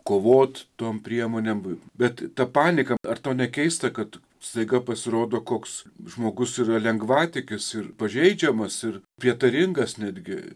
kovot tom priemonėm bet ta panika ar tau ne keista kad staiga pasirodo koks žmogus yra lengvatikis ir pažeidžiamas ir prietaringas netgi